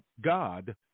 God